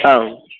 ஆ